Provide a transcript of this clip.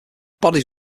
bodies